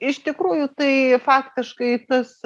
iš tikrųjų tai faktiškai tas